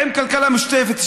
עם כלכלה משותפת,